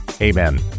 Amen